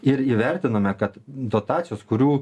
ir įvertinome kad dotacijos kurių